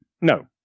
No